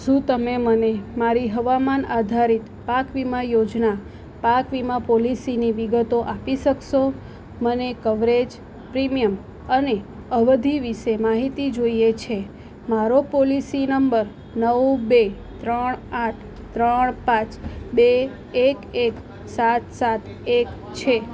શું તમે મને મારી હવામાન આધારિત પાક વીમા યોજના પાક વીમા પોલિસીની વિગતો આપી શકશો મને કવરેજ પ્રીમિયમ અને અવધિ વિષે માહિતી જોઈએ છે મારો પોલિસી નંબર નવ બે ત્રણ આઠ ત્રણ પાંચ બે એક એક સાત સાત એક છે